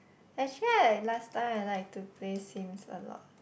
actually I last time I like to play Sims a lot